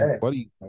buddy